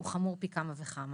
הוא חמור פי כמה וכמה.